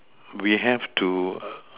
we have to err